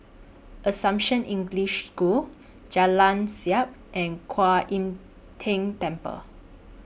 Assumption English School Jalan Siap and Kwan Im Tng Temple